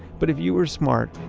but if you were smart,